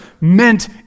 meant